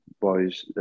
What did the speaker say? boys